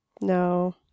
no